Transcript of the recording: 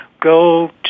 go